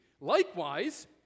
Likewise